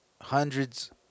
hundreds